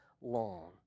long